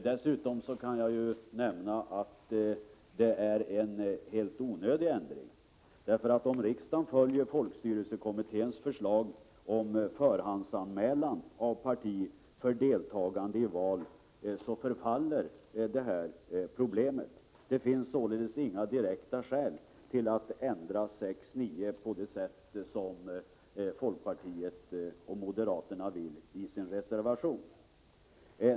Dessutom kan jag nämna att det är en helt onödig ändring — om riksdagen följer folkstyrelsekommitténs förslag om förhandsanmälan av parti för deltagande i val förfaller det problemet. Det finns således inga direkta skäl att ändra 6:9 vallagen på det sätt som folkpartiet och moderaterna enligt reservationen vill.